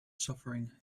suffering